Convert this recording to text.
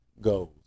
Goals